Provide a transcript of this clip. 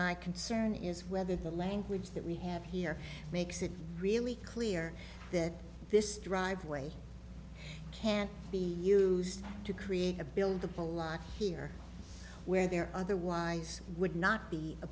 my concern is whether the language that we have here makes it really clear that this driveway can be used to create a bill the bill line here where there otherwise would not be a